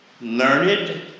learned